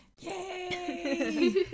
Yay